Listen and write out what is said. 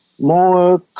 more